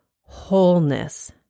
wholeness